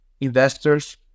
investors